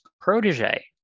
protege